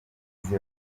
izi